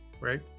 right